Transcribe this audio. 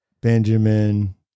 Benjamin